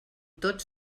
tot